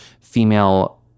female